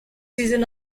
season